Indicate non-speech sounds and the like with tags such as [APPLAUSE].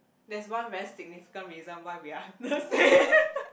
there's one very significant reason why we understand [LAUGHS]